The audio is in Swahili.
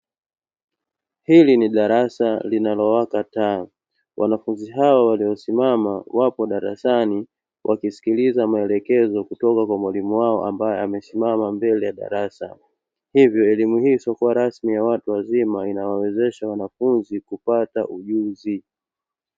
Hili ni darasa linalowaka taa wanafunzi hao waliosimama wapo darasani wakimsikiliza maelekezo kutoka kwa mwalimu wao ambaye amesimama mbele ya darasa. Hivyo elimu hii isiyorasmi ya watu wazima inawawezesha wanafunzi kupata ujuzi.